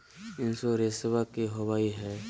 इंसोरेंसबा की होंबई हय?